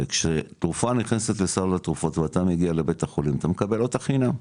וכשתרופה נכנסת לסל התרופות ואתה מגיע לביה"ח אתה מקבל אותה חינם,